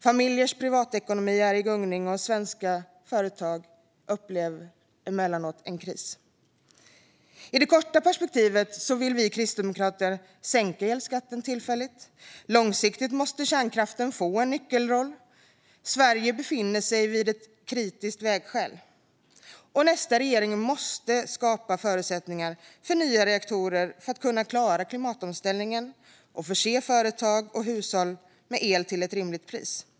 Familjers privatekonomi är i gungning, och svenska företag upplever emellanåt en kris. I det korta perspektivet vill vi kristdemokrater sänka elskatten tillfälligt. Långsiktigt måste kärnkraften få en nyckelroll. Sverige befinner sig vid ett kritiskt vägskäl. Nästa regering måste skapa förutsättningar för nya reaktorer för att kunna klara klimatomställningen och förse företag och hushåll med el till ett rimligt pris.